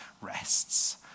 rests